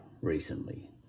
recently